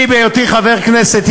בהיותי חבר כנסת,